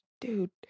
dude